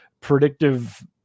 predictive